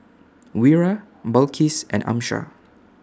Wira Balqis and Amsyar